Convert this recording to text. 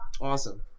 Awesome